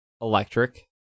Electric